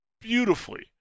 beautifully